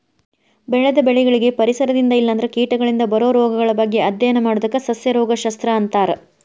ಬೆಳೆದ ಬೆಳಿಗಳಿಗೆ ಪರಿಸರದಿಂದ ಇಲ್ಲಂದ್ರ ಕೇಟಗಳಿಂದ ಬರೋ ರೋಗಗಳ ಬಗ್ಗೆ ಅಧ್ಯಯನ ಮಾಡೋದಕ್ಕ ಸಸ್ಯ ರೋಗ ಶಸ್ತ್ರ ಅಂತಾರ